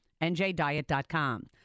NJDiet.com